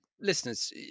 listeners